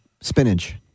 Spinach